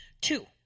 Two